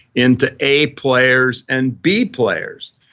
into a players and b players.